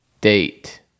date